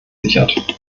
sichert